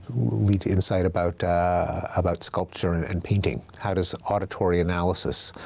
lead to insight about about sculpture and and painting? how does auditory analysis